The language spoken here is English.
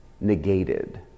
negated